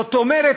זאת אומרת,